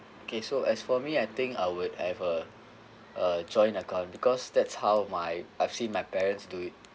okay so as for me I think I would have a a joint account because that's how my I've seen my parents do it